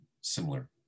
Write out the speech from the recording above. similar